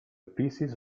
pieces